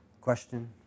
Question